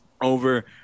over